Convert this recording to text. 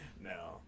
No